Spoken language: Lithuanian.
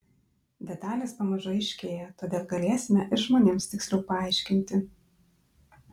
detalės pamažu aiškėja todėl galėsime ir žmonėms tiksliau paaiškinti